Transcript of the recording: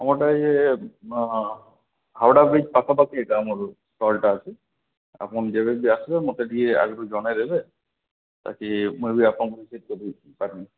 ଆମର୍ଟା ଇଏ ହାଓଡ଼ା ବ୍ରିଜ୍ ପାଖାପାଖି ଏକା ଆମର ଷ୍ଟଲ୍ଟା ଅଛି ଆପଣ ଯେବେ ବି ଆସିବେ ମୋତେ ଟିକେ ଆଗରୁ ଜନେଇଦେବେ ତାକି ମୁଁ ବି ଆପଣଙ୍କୁ ରିସିଭ୍ କରିପାର୍ମି